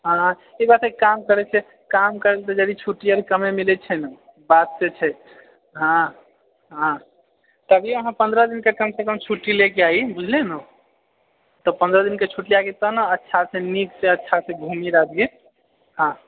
हाँ हाँ एक बात हइ काम करैत छिऐ काम करैमे छुट्टी अभी कमे मिलै छै ने बात से छै हाँ आ तभि अहाँ पन्द्रह दिनका कमसँ कम छुट्टी लेके आइ भुजलिऐ ने तऽ पन्द्रह दिनके छुट्टी आइ तब ने अच्छासँ नीकसँ अच्छासँ घुमी राजगीर हाँ